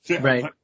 Right